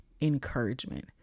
encouragement